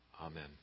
Amen